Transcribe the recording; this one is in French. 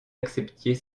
acceptiez